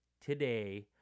today